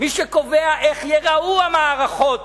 מי שקובע איך ייראו המערכות